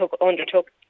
undertook